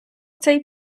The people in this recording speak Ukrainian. цей